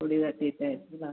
ഗുളിക ചീത്തയായിട്ടില്ലേ